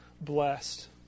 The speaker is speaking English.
blessed